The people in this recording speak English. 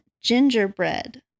Gingerbread